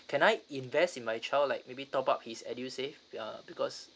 can I invest in my child like maybe top up his edusave uh because